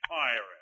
pirate